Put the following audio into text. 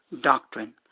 doctrine